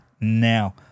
now